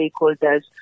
stakeholders